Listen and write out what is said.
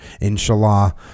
Inshallah